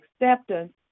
acceptance